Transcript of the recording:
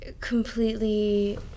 completely